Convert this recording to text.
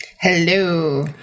Hello